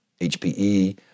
HPE